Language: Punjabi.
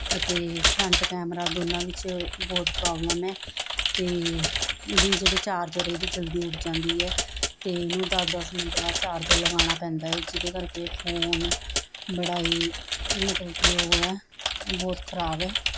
ਅਤੇ ਫਰੰਟ ਕੈਮਰਾ ਦੋਨਾਂ ਵਿੱਚ ਬਹੁਤ ਪ੍ਰੋਬਲਮ ਹੈ ਅਤੇ ਇਹਦੀ ਜਿਹੜਾ ਚਾਰਜਰ ਇਹਦੀ ਜਲਦੀ ਉੱਡ ਜਾਂਦੀ ਹੈ ਅਤੇ ਇਹਨੂੰ ਦਸ ਦਸ ਮਿੰਟ ਬਾਅਦ ਚਾਰਜਰ ਲਗਾਉਣਾ ਪੈਂਦਾ ਹੈ ਜਿਹਦੇ ਕਰਕੇ ਫ਼ੋਨ ਬੜਾ ਹੀ ਮਤਲਬ ਕਿ ਉਹ ਹੈ ਬਹੁਤ ਖਰਾਬ ਹੈ